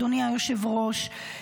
אדוני היושב-ראש,